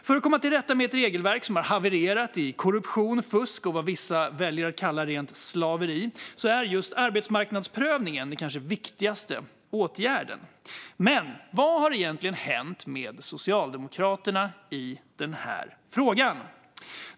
För att komma till rätta med ett regelverk som har havererat i korruption och fusk och vad vissa väljer att kalla rent slaveri är just arbetsmarknadsprövning den kanske viktigaste åtgärden. Men vad har egentligen hänt med Socialdemokraterna i den här frågan?